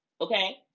Okay